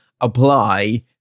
apply